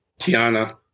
Tiana